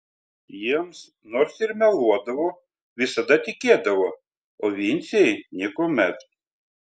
jiems nors ir meluodavo visada tikėdavo o vincei niekuomet